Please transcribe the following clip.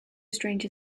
stranger